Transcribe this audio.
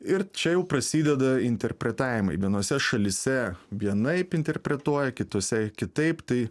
ir čia jau prasideda interpretavimai vienose šalyse vienaip interpretuoja kitose kitaip tai